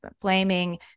blaming